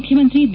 ಮುಖ್ಯಮಂತ್ರಿ ಬಿ